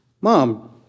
Mom